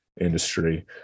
industry